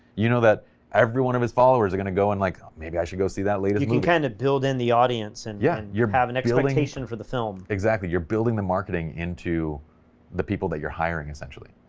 you know, that every one of his followers are gonna go and like maybe, i should go see that latest movie. you can can it build in the audience, and yeah you're having expectation for the film, exactly, you're building the marketing into the people that you're hiring, essentially,